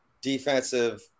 defensive